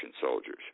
soldiers